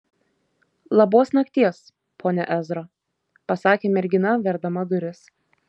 labos nakties pone ezra pasakė mergina verdama duris